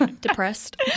Depressed